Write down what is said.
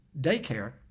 daycare